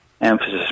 emphasis